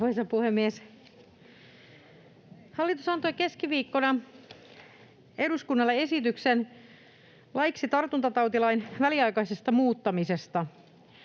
Arvoisa puhemies! Hallitus antoi keskiviikkona eduskunnalle esityksen laiksi tartuntatautilain väliaikaisesta muuttamisesta.